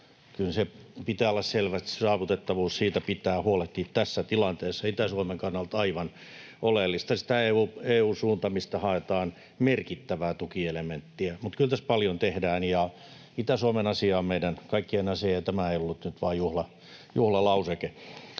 Kyllä sen pitää olla selvä, että saavutettavuudesta pitää huolehtia tässä tilanteessa — Itä-Suomen kannalta aivan oleellista. Sitten on tämä EU-suunta, mistä haetaan merkittävää tukielementtiä. Mutta kyllä tässä paljon tehdään. Itä-Suomen asia on meidän kaikkien asia, ja tämä ei ollut nyt vain juhlalauseke.